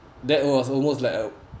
that was almost like a